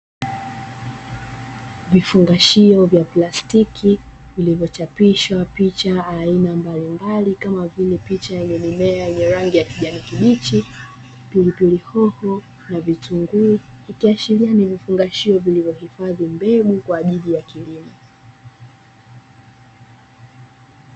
Vifungashio vya plastiki vilivyochapishwa picha aina mbalimbali kama vile: picha yenye mimea yenye rangi ya kijani kibichi, pilipili hoho na vitunguu; vikiashiria ni vifungashio vilivyohifadhi mbegu kwa ajili ya kilimo.